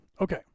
okay